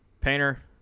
painter